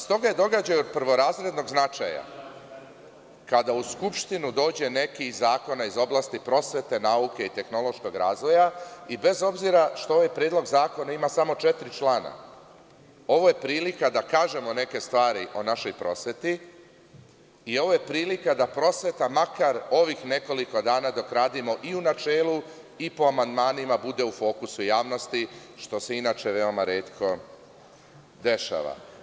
Stoga je događaj od prvorazrednog značaja kada u Skupštinu dođe neki od zakona iz oblasti prosvete, nauke i tehnološkog razvoja i bez obzira što ovaj predlog zakona ima samo četiri člana, ovo je prilika da kažemo neke stvari o našoj prosveti i ovo je prilika da prosveta makar ovih nekoliko dana dok radimo i u načelu i po amandmanima bude u fokusu javnosti, što se inače veoma retko dešava.